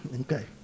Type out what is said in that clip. okay